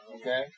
okay